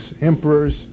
emperors